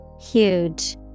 Huge